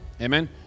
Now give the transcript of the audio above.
Amen